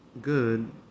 good